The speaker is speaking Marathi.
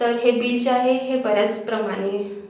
तर हे बिल जे आहे हे बऱ्याच प्रमाणे